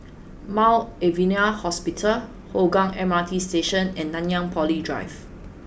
Mount Alvernia Hospital Hougang M R T Station and Nanyang Poly Drive